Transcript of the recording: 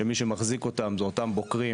שמי שמחזיק אותם זה אותם בוקרים,